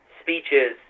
speeches